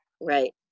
Right